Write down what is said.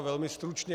Velmi stručně.